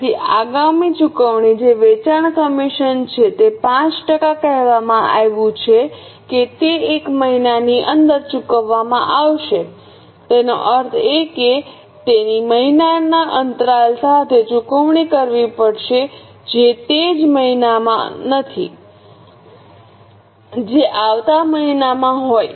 તેથી આગામી ચુકવણી જે વેચાણ કમિશન છે તે 5 ટકા કહેવામાં આવ્યું છે કે તે એક મહિનાની અંદર ચૂકવવામાં આવશે તેનો અર્થ એ કે તેની મહિનાના અંતરાલ સાથે ચૂકવણી કરવી પડશે જે તે જ મહિનામાં નહીં જે આવતા મહિનામાં હોય